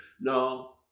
No